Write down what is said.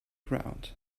ground